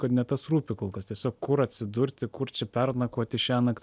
kad ne tas rūpi kol kas tiesiog kur atsidurti kur čia pernakvoti šiąnakt